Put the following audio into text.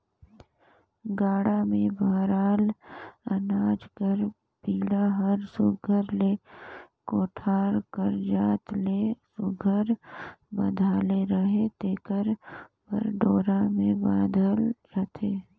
गाड़ा मे भराल अनाज कर बीड़ा हर सुग्घर ले कोठार कर जात ले सुघर बंधाले रहें तेकर बर डोरा मे बाधल जाथे